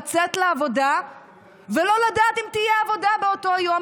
לצאת לעבודה ולא לדעת אם תהיה עבודה באותו יום,